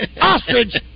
ostrich